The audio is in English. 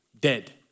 Dead